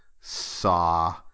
Saw